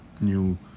new